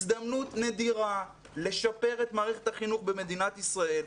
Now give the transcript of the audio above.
הזדמנות נדירה לשפר את מערכת החינוך במדינת ישראל,